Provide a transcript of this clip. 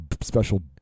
special